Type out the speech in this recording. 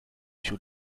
sur